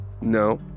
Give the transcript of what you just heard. No